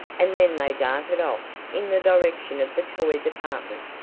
and then they darted off in the direction of the toy department.